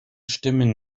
stimmen